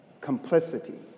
complicity